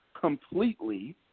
completely –